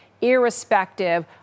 irrespective